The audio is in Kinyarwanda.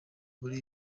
muri